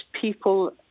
people